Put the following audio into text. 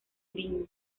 green